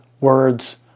words